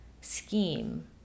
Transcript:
scheme